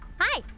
Hi